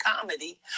comedy